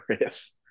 Yes